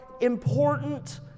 important